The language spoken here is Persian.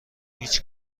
هیچ